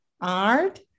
art